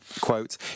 Quote